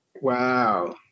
Wow